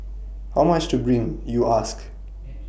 how much to bring you ask